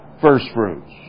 firstfruits